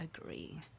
agree